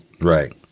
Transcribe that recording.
Right